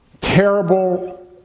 terrible